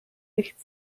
nicht